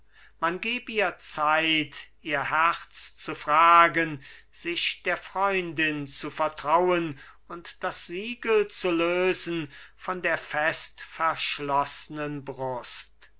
man geb ihr zeit ihr herz zu fragen sich der freundin zu vertrauen und das siegel zu lösen von der fest verschloßnen brust